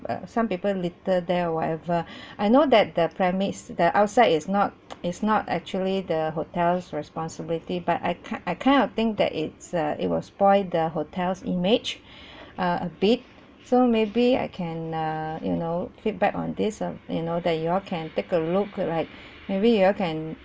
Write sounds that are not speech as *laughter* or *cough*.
err some people litter there or whatever *breath* I know that the premise the outside is not *noise* is not actually the hotel's responsibility but I ki~ I kind of think that it's uh it will spoil the hotel's image *breath* uh a bit so maybe I can uh you know feedback on this um you know that you all can take a look like maybe you all can